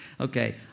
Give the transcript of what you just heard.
Okay